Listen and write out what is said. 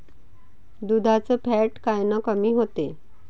दुधाचं फॅट कायनं कमी होते?